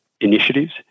initiatives